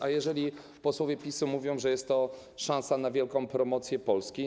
A jeżeli posłowie PiS-u mówią, że jest to szansa na wielką promocję Polski.